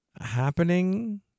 happening